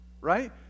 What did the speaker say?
right